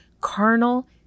carnal